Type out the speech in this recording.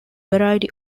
variety